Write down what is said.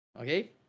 Okay